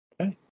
Okay